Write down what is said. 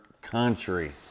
country